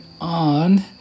on